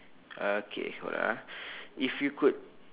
okay hold on ah if you could